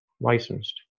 licensed